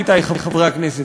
עמיתי חברי הכנסת,